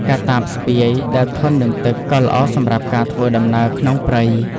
កាតាបស្ពាយដែលធន់នឹងទឹក កឺល្អសម្រាប់ការធ្វើដំណើរក្នុងព្រៃ។